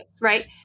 right